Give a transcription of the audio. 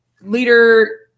Leader